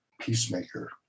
peacemaker